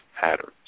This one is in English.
patterns